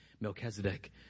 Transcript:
Melchizedek